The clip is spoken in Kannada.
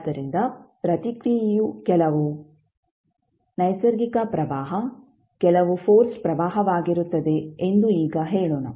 ಆದ್ದರಿಂದ ಪ್ರತಿಕ್ರಿಯೆಯು ಕೆಲವು ನೈಸರ್ಗಿಕ ಪ್ರವಾಹ ಕೆಲವು ಫೋರ್ಸ್ಡ್ ಪ್ರವಾಹವಾಗಿರುತ್ತದೆ ಎಂದು ಈಗ ಹೇಳೋಣ